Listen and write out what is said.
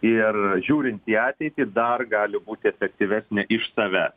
ir žiūrint į ateitį dar gali būti efektyvesnė iš save